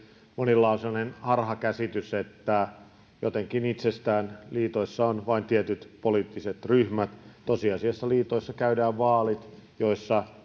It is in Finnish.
monilla on semmoinen harhakäsitys että jotenkin itsestään liitoissa on vain tietyt poliittiset ryhmät tosiasiassa liitoissa käydään vaalit joissa